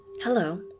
Hello